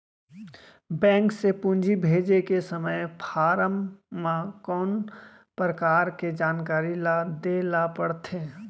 Bank से पूंजी भेजे के समय फॉर्म म कौन परकार के जानकारी ल दे ला पड़थे?